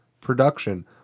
production